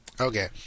Okay